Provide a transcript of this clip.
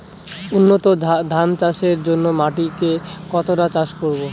উন্নত ধান চাষের জন্য মাটিকে কতটা চাষ করব?